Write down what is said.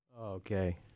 Okay